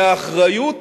והאחריות,